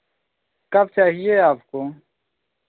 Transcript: कब चाहिए आपको